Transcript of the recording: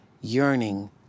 yearning